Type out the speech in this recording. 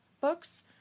books